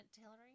Hillary